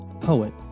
poet